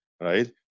right